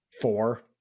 Four